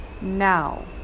Now